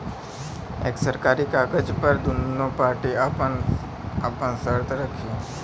एक सरकारी कागज पर दुन्नो पार्टी आपन आपन सर्त रखी